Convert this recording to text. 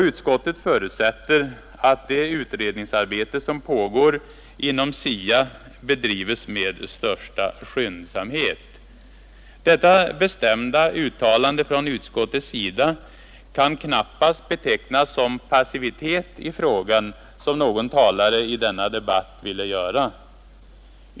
Utskottet förutsätter också att det utredningsarbete som pågår inom SIA bedrives med största skyndsamhet. Detta bestämda uttalande från utskottets sida kan knappast betecknas som passivitet i frågan, som någon talare i denna debatt ville göra.